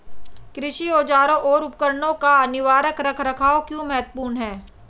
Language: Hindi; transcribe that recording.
कृषि औजारों और उपकरणों का निवारक रख रखाव क्यों महत्वपूर्ण है?